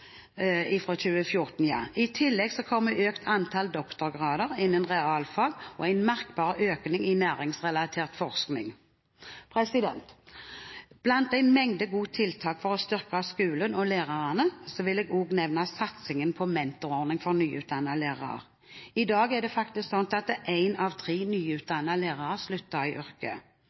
skolen fra 2014. I tillegg kommer et økt antall doktorgrader innen realfag og en merkbar økning i næringsrelatert forskning. Blant en mengde gode tiltak for å styrke skolen og lærerne vil jeg også nevne satsingen på mentorordningen for nyutdannede lærere. I dag er det faktisk slik at én av tre nyutdannede lærere slutter i yrket,